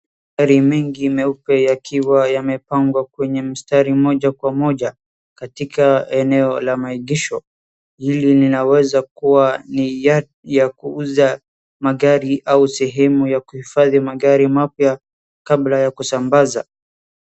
Magari mengi meupe yakiwa yamepangwa kwenye mstari moja kwa moja katika eneo la maegesho. Hili linaweza kuwa ni yard ya kuuza magari au sehemu ya kuhifadhi magari mapya kabla ya kusambaza.